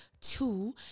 two